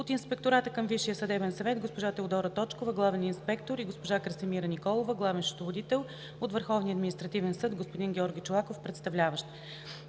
от Инспектората към Висшия съдебен съвет – госпожа Теодора Точкова – главен инспектор, и госпожа Красимира Николова – главен счетоводител; от Върховния административен съд – господин Георги Чолаков – представляващ.